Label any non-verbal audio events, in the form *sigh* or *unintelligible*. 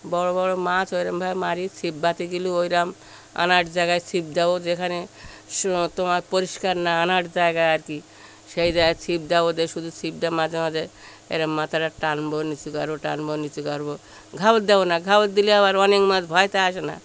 বড় বড় মাছ ওই রকম ভাবে মারি ছিপ *unintelligible* ওই রকম আনড় জায়গায় ছিপ দাও যেখানে *unintelligible* তোমার পরিষ্কার না আনড় জায়গায় আর কি সেই জায়গায় ছিপ দাও ওদের শুধু ছিপ দাও মাঝে মাঝে এ রকম মাথাটা টানব নিচু করব টানব নিচু করব ঘাওড় দিও না ঘাওড় দিলে আবার অনেক মাছ ভয়েতে আসে না